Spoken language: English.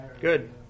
Good